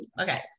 Okay